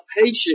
patient